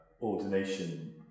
ordination